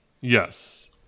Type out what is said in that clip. Yes